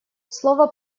слова